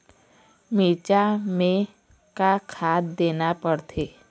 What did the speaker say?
मिरचा मे का खाद देना पड़थे?